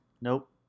nope